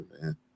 man